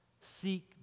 seek